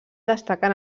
destaquen